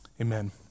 Amen